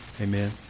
amen